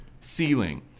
ceiling